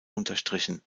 unterstrichen